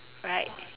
right